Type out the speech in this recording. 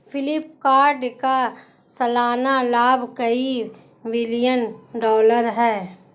फ्लिपकार्ट का सालाना लाभ कई बिलियन डॉलर है